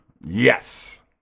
Yes